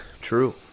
True